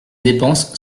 dépenses